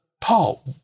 Paul